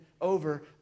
over